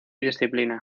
disciplina